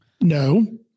No